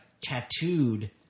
tattooed